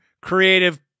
creative